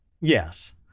Yes